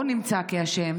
או נמצא אשם,